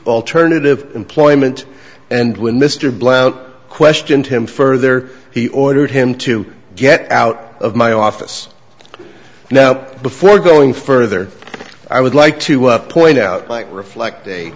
alternative employment and when mr blount questioned him further he ordered him to get out of my office now before going further i would like to up point out like reflect